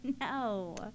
no